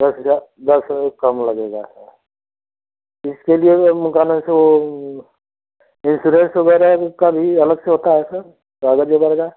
दस हज़ार दस हज़ार कम लगेगा थोड़ा तो इसके लिए भी अब मकान ऐसे वह इंसोरेंस वग़ैरह का भी अलग से होता है सर काग़ज़ जो बढ़ गया